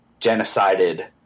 genocided